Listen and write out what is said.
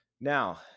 Now